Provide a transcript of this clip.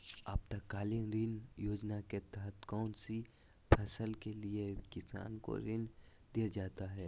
आपातकालीन ऋण योजना के तहत कौन सी फसल के लिए किसान को ऋण दीया जाता है?